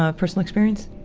ah personal experience?